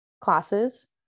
classes